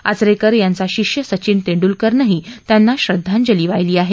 आचरेकर यांचा शिष्य सचिन तेंडुलकरनंही त्यांना श्रद्वांजली वाहिली आहे